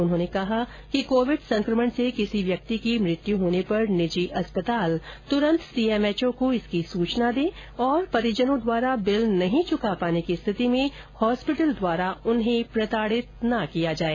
उन्होंने कहा कि कोविड संक्रमण से किसी व्यक्ति की मृत्यु होने पर निजी अस्पताल तुरन्त सीएमएचओ को इसकी सूचना दे तथा परिजनों द्वारा बिल नहीं चुका पाने की स्थिति में हॉस्पिटल द्वारा उन्हें प्रताड़ित नहीं किया जाए